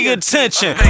attention